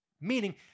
Meaning